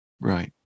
Right